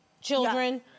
children